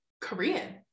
Korean